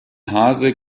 hase